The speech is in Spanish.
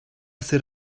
ser